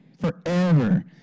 forever